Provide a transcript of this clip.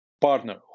partner